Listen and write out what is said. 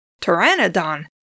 Pteranodon